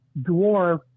dwarf